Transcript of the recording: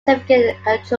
significant